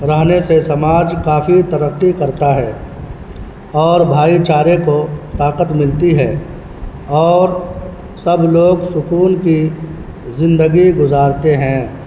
رہنے سے سماج کافی ترقی کرتا ہے اور بھائی چارے کو طاقت ملتی ہے اور سب لوگ سکون کی زندگی گزارتے ہیں